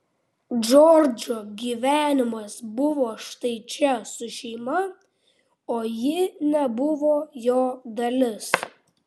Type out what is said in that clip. džordžo gyvenimas buvo štai čia su šeima o ji nebuvo jo dalis